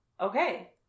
Okay